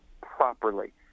properly